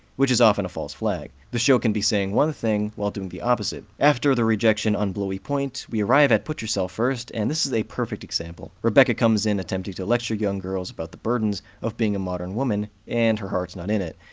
which is often a false flag. the show can be saying one thing while doing the opposite. after the rejection on blowey point, we arrive at put yourself first, and this is a perfect example. rebecca comes in attempting to lecture young girls about the burdens of being a modern woman, and her heart's not in it.